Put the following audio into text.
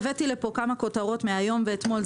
אני הבאתי לפה כמה כותרות מהיום ומאתמול,